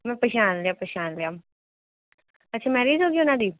ਮੈਂ ਪਛਾਣ ਲਿਆ ਪਛਾਣ ਲਿਆ ਅੱਛਾ ਮੈਰਿਜ਼ ਹੋ ਗਈ ਉਹਨਾਂ ਦੀ